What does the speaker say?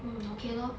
mm okay lor